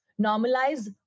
normalize